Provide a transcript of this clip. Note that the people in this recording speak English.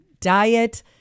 diet